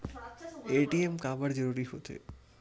ATM काबर जरूरी हो थे?